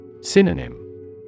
Synonym